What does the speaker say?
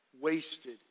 Wasted